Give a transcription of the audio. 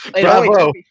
Bravo